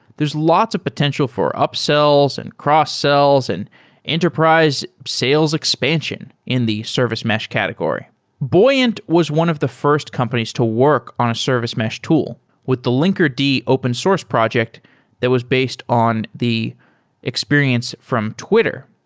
there's lots of potential for upsells and cross-sells and enterprise sales expansion in the service mesh category buoyant was one of the first companies to work on a service mesh tool with the linkerd open source project that was based on the experience from twitter.